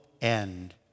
end